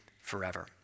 forever